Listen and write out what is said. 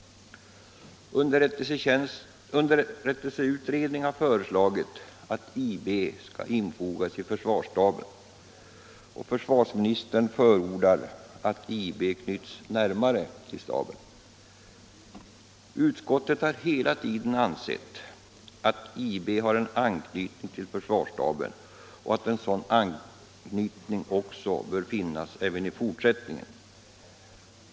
Underrättelseutredningen har föreslagit att IB skall infogas i försvarsstaben, och försvarsministern förordar att IB knyts närmare till staben. Utskottet har hela tiden ansett att IB har en anknytning till försvarsstaben och att en sådan anknytning bör finnas även i fortsättningen.